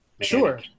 Sure